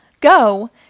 go